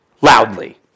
Loudly